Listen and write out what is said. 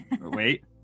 Wait